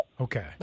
Okay